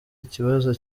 ikibazo